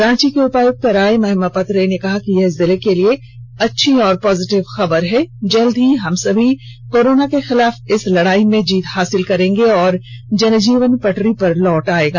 रांची के उपायुक्त राय महिमापत रे ने कहा कि यह जिले के लिए एक अच्छी और पॉजिटिव खबर है जल्द ही हम सभी कोरोना के खिलाफ इस लड़ाई में जीत हासिल करेंगे और जनजीवन पटरी पर लौट आयेगा